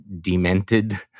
demented